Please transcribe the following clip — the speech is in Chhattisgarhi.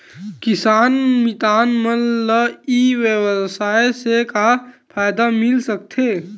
किसान मितान मन ला ई व्यवसाय से का फ़ायदा मिल सकथे?